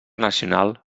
nacional